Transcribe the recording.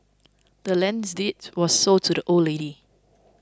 the land's deed was sold to the old lady